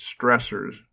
stressors